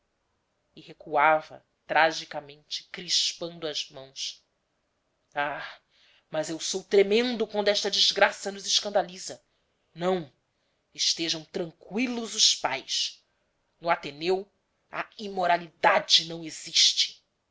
e recuava tragicamente crispando as mãos ah mas eu sou tremendo quando esta desgraca nos escandaliza não estejam tranqüilos os pais no ateneu a imoralidade não existe